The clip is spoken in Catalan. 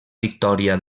victòria